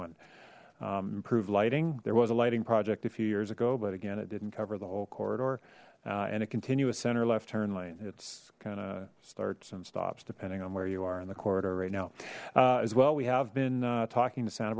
one improved lighting there was a lighting project a few years ago but again it didn't cover the whole corridor and a continuous center left turn lane it's kind of starts and stops depending on where you are in the corridor right now as well we have been talking to santa